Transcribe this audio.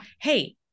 Hey